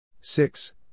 Six